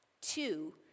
Two